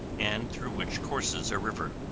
and through which courses a river.